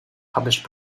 published